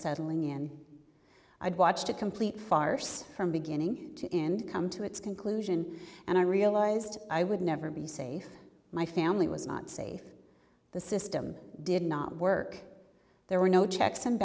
settling in i had watched a complete farce from beginning to end come to its conclusion and i realized i would never be safe my family was not safe the system did not work there were no checks and